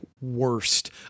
worst